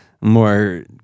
more